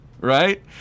right